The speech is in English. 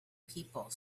people